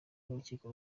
n’urukiko